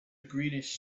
greenish